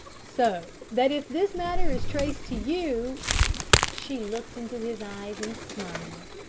so that if this matter is traced to you she looked into his eyes and smiled.